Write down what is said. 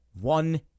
one